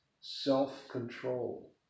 self-control